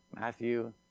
Matthew